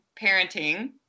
parenting